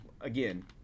again